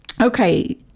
Okay